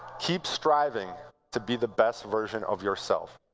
keep striving to be the best version of yourself.